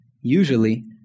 Usually